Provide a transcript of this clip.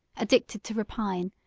addicted to rapine,